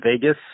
Vegas